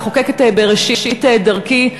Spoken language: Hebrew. מחוקקת בראשית דרכי,